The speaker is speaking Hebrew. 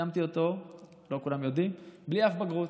סיימתי אותו, לא כולם יודעים, בלי אף בגרות.